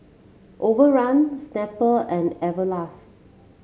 Overrun Snapple and Everlast